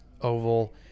oval